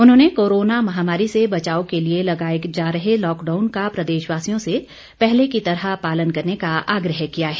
उन्होंने कोरोना महामारी से बचाव के लिए लगाए जा रहे लॉकडाउन का प्रदेशवासियों से पहले की तरह पालन करने का आग्रह किया है